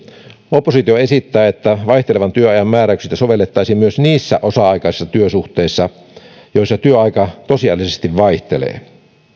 oppositio esittää että vaihtelevan työajan määräyksiä sovellettaisiin myös niissä osa aikaisissa työsuhteissa joissa työaika tosiasiallisesti vaihtelee